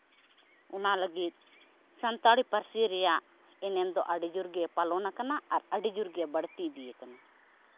ᱚᱱᱟ ᱞᱟᱹᱜᱤᱫ ᱥᱟᱱᱛᱟᱲᱤ ᱯᱟᱹᱨᱥᱤ ᱨᱮᱭᱟᱜ ᱮᱱᱮᱢ ᱫᱚ ᱟᱹᱰᱤ ᱡᱳᱨ ᱜᱮ ᱯᱟᱞᱚᱱ ᱟᱠᱟᱱᱟ ᱟᱨ ᱟᱹᱰᱤ ᱡᱳᱨ ᱜᱮ ᱵᱟᱹᱲᱛᱤ ᱤᱫᱤ ᱟᱠᱟᱱᱟ